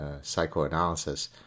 psychoanalysis